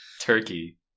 turkey